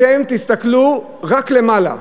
אתם תסתכלו רק למעלה,